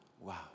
wow